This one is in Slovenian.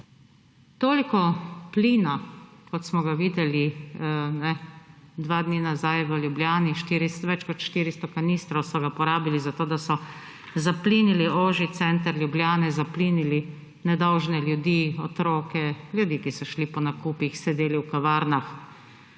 toliko plina, kot smo ga videli 2 dni nazaj v Ljubljani, več kot 400 kanistrov so ga porabili, zato da so zaplinili ožji center Ljubljane, zaplinili nedolžne ljudi, otroke, ljudi, ki so šli po nakupih, sedeli v kavarnah,